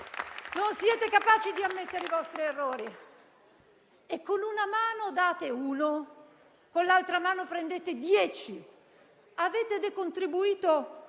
Non siete capaci di ammettere i vostri errori e con una mano date uno e con l'altra mano prendete dieci. Avete decontribuito